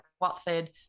Watford